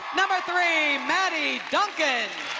number three, maddy duncan